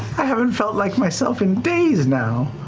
i haven't felt like myself in days now.